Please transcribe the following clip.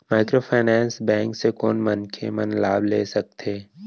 Microfinance bank से कोन मनखे मन लाभ ले सकथे?